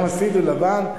גם הסיד הוא לבן.